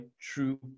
true